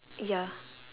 ya